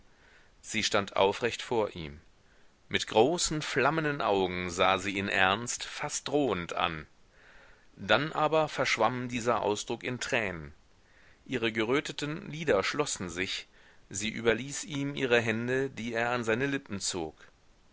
sie stand aufrecht vor ihm mit großen flammenden augen sah sie ihn ernst fast drohend an dann aber verschwamm dieser ausdruck in tränen ihre geröteten lider schlossen sich sie überließ ihm ihre hände die er an seine lippen zog